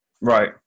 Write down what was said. Right